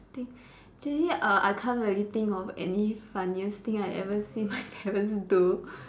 do do you uh I can't really think of any funniest thing I ever seen my parents do